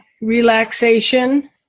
relaxation